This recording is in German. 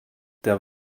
der